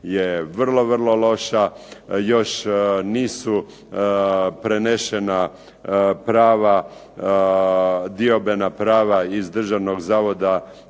je vrlo, vrlo loša. Još nisu prenešena prava diobe na prava iz Državnog zavoda